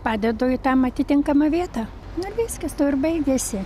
padedu į tam atitinkamą vietą na viskas tuo ir baigiasi